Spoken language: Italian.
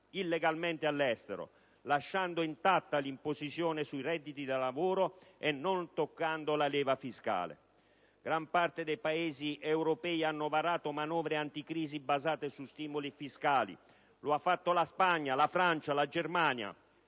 illegalmente all'estero, lasciando intatta l'imposizione sui redditi da lavoro e non toccando la leva fiscale. Gran parte dei Paesi europei ha varato manovre anticrisi basate su stimoli fiscali: lo hanno fatto la Spagna, la Francia e la Germania.